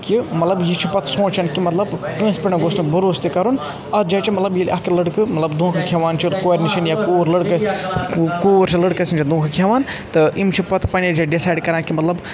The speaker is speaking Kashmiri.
کہِ مَظلَب یہِ چھُ پَتہٕ سُوچھان کہِ مَطلَب کٲنٛسہِ پؠٹھ گوٚژھ نہٕ بروسہٕ تہِ کَرُن اَتھ جایہِ چھِ مَطلَب یِیٚلہِ اَکھ لٔڑکہٕ مَطلَب دِونٛکھٕ کھؠوان چھِ کورِ نِش یا کُور لٔڑکَس نِش کُوٗر چھِ لٔڑکَس نِش دُونٛکھٕ کھؠوان تہٕ یِم چھِ پَتہٕ پَننہِ جایہِ ڈِسایِڈ کران کہِ مَطلَب